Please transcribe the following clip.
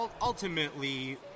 ultimately